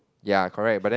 ya correct but then